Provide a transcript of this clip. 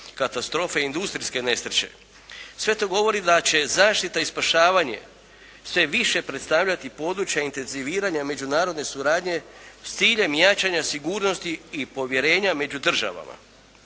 katastrofe i industrijske nesreće. Sve to govori da će zaštita i spašavanje sve više predstavljati područja intenziviranja međunarodne suradnje s ciljem jačanja sigurnosti i povjerenja među državama.